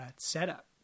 setup